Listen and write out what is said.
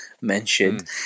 mentioned